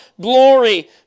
glory